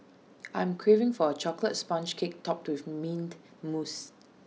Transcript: I am craving for A Chocolate Sponge Cake Topped with Mint Mousse